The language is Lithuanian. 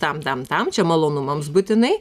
tam tam tam čia malonumams būtinai